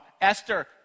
Esther